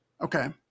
Okay